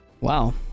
Wow